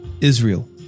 Israel